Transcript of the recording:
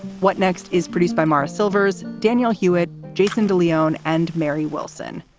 what next is produced by mara silvers, daniel hewett, jason de leon and mary wilson.